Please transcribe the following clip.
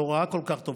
לא ראה כל כך טוב,